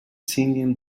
singing